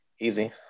Easy